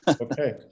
okay